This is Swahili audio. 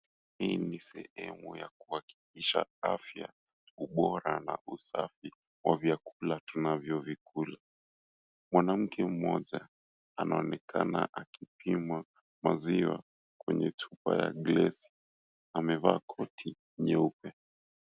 Hii ni sehemu ya kuhakikisha afya, ubora na usafi wa vyakula tunavyovikula. Mwanamke mmoja anaonekana akipima maziwa kwenye chupa ya glesi amevaa koti nyeupe.